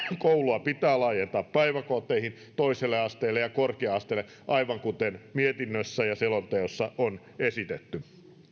koulua pitää laajentaa päiväkoteihin toiselle asteelle ja korkea asteelle aivan kuten mietinnössä ja selonteossa on esitetty